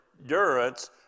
endurance